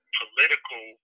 political